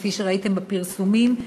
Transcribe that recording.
כפי שראיתם בפרסומים,